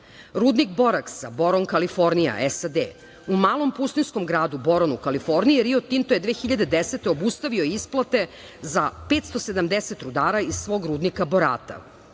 boraksa „Boron“, Kalifornija, SAD, u malom pustinjskom gradu Boronu, Kalifornija, Rio Tinto je 2010. godine obustavio isplate za 570 rudara iz svog rudnika borata.